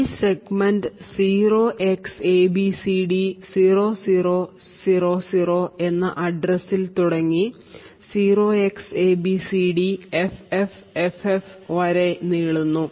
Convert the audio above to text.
ഈ segment 0Xabcd0000 എന്ന അഡ്രസ്സിൽ തുടങ്ങി 0Xabcdffff വരെ നീളുന്നു